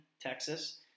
Texas